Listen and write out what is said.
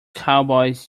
cowboys